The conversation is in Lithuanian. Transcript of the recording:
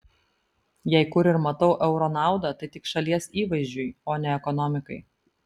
jei kur ir matau euro naudą tai tik šalies įvaizdžiui o ne ekonomikai